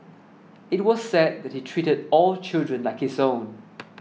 it was said that he treated all children like his own